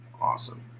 Awesome